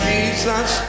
Jesus